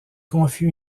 confie